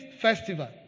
festival